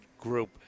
group